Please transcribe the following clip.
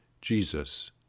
Jesus